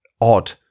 odd